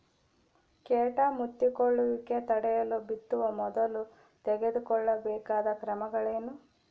ಕೇಟ ಮುತ್ತಿಕೊಳ್ಳುವಿಕೆ ತಡೆಯಲು ಬಿತ್ತುವ ಮೊದಲು ತೆಗೆದುಕೊಳ್ಳಬೇಕಾದ ಕ್ರಮಗಳೇನು?